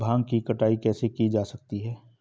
भांग की कटाई कैसे की जा सकती है?